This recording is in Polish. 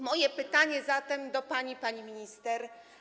Moje pytanie zatem do pani, pani minister.